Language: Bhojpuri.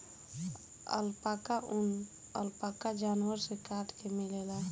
अल्पाका ऊन, अल्पाका जानवर से काट के मिलेला